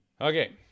okay